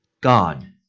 God